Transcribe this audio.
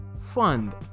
fund